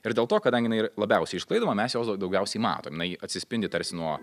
ir dėl to kadangi jin yra labiausiai išsklaidoma mes jos dau daugiausiai matom jinai atsispindi tarsi nuo